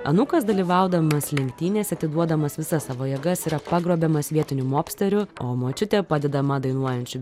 anūkas dalyvaudamas lenktynėse atiduodamas visas savo jėgas yra pagrobiamas vietinių mobsterių o močiutė padedama dainuojančių